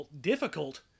difficult